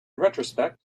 retrospect